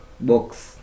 box